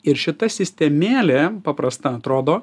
ir šita sistemėlė paprasta atrodo